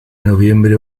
noviembre